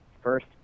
first